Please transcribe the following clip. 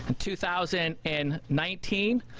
two thousand and nineteen,